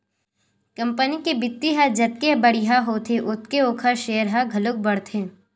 company के बित्त ह जतके बड़िहा होथे ओतके ओखर सेयर ह घलोक बाड़थे